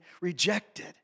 rejected